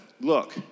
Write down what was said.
look